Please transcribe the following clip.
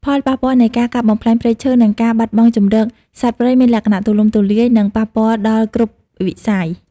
ផលប៉ះពាល់នៃការកាប់បំផ្លាញព្រៃឈើ និងការបាត់បង់ជម្រកសត្វព្រៃមានលក្ខណៈទូលំទូលាយ និងប៉ះពាល់ដល់គ្រប់វិស័យ។